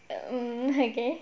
mm okay